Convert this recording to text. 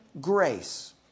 grace